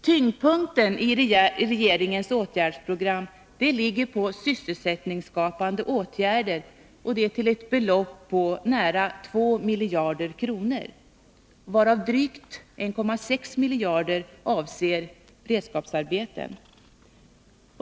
Tyngdpunkten i regeringens åtgärdsprogram ligger på sysselsättningsskapande åtgärder till ett belopp på nära 2 miljarder kronor, varav drygt 1,6 miljarder kronor avser beredskapsarbeten.